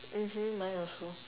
mmhmm mine also